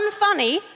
unfunny